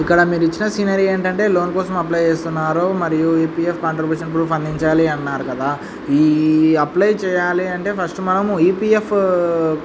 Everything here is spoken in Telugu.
ఇక్కడ మీరు ఇచ్చిన సీనరీ ఏంటంటే లోన్ కోసం అప్లై చేస్తున్నారు మరియు ఈపీఎఫ్ కాంట్రిబ్యూషన్ ప్రూఫ్ అందించాలి అన్నారు కదా ఈ అప్లై చేయాలి అంటే ఫస్ట్ మనము ఈపీఎఫ్